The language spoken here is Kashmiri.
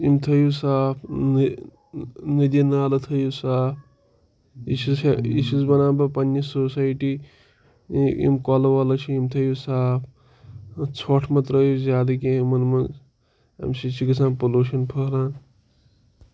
یِم تھٲیِو صاف نٔدی نالہٕ تھٲیِو صاف یہِ چھُس یہِ چھُس وَنان بہٕ پنٛنہِ سوسایٹی یِم کۄلہٕ وۄلہٕ چھِ یِم تھٲیِو صاف ژھۄٹھ مہٕ ترٛٲیِو زیادٕ کینٛہہ یِمَن منٛز اَمہِ سۭتۍ چھِ گژھان پوٚلوٗشَن پھٔہلان